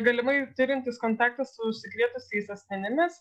galimai turintys kontaktą su užsikrėtusiais asmenimis